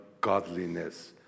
godliness